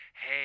Hey